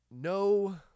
no